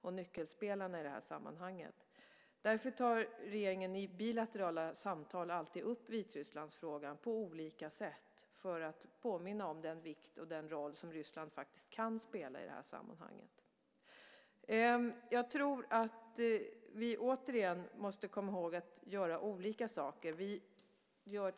Regeringen tar i bilaterala samtal alltid på olika sätt upp Vitrysslandsfrågan just för att påminna om den vikt och den roll som Ryssland kan spela i det här sammanhanget. Jag tror att vi återigen måste komma ihåg att det gäller att göra olika saker.